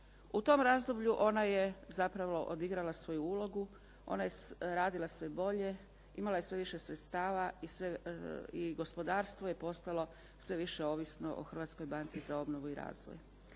U tom razdoblju ona je zapravo odigrala svoju ulogu, ona je radila sve bolje, imala je sve više sredstava i gospodarstvo je postalo sve više ovisno o Hrvatskoj banci za obnovu i razvoj.